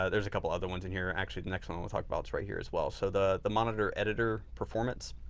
ah there's a couple of other ones in here. actually, the next one we'll talk about, it's right here as well. so, the the monitor editor performance.